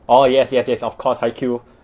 orh yes yes yes of course haikyu